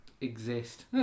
exist